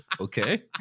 Okay